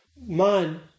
man